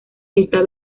esta